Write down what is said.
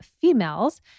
FEMALES